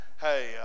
Hey